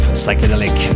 psychedelic